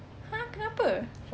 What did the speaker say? !huh! kenapa